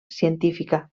científica